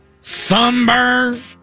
sunburn